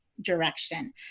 direction